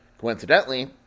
Coincidentally